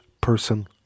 person